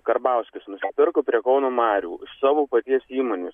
karbauskis nusipirko prie kauno marių iš savo paties įmonės